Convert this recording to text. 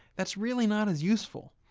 that's really not as useful.